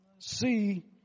see